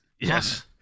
Yes